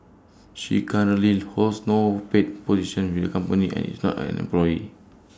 she currently holds no paid position with the company and is not an employee